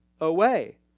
away